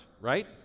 Right